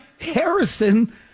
Harrison